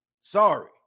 Sorry